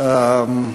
תודה רבה.